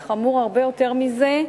וחמור הרבה יותר מזה,